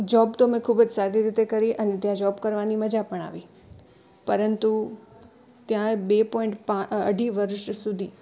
job તો મેં ખૂબ જ સારી રીતે કરી અન ત્યાં જૉબ કરવાની મજા પણ આવી પરંતુ ત્યાં બે પોઇન્ટ પાં અઢી વર્ષ સુધી